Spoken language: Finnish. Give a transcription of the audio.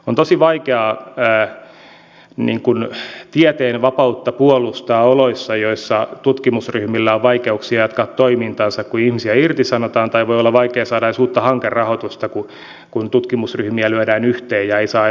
on tosi vaikeaa tieteen vapautta puolustaa oloissa joissa tutkimusryhmillä on vaikeuksia jatkaa toimintaansa kun ihmisiä irtisanotaan tai voi olla vaikea saada edes uutta hankerahoitusta kun tutkimusryhmiä lyödään yhteen ja ei saa edes hakea rahoitusta